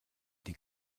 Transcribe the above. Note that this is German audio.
die